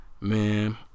man